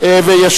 אדוני, בבקשה.